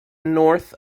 north